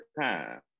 time